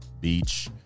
beach